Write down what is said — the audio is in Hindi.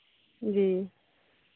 जी